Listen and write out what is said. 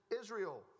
Israel